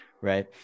right